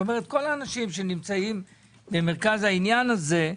כלומר כל האנשים שנמצאם במרכז העניין הזה,